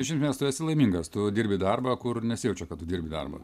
iš esmės tu esi laimingas tu dirbi darbą kur nesijaučia kad tu dirbi darbą